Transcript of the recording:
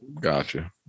Gotcha